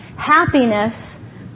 happiness